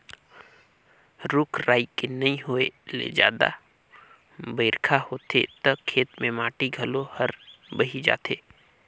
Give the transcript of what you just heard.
रूख राई के नइ होए ले जादा बइरखा होथे त खेत के माटी घलो हर बही जाथे